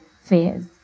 fears